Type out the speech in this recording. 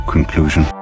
conclusion